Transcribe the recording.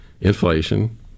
inflation